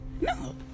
No